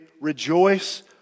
rejoice